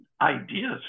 ideas